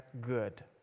good